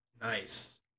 Nice